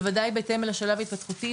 בוודאי בהתאם לשלב ההתפתחותי,